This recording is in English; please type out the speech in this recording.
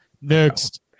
Next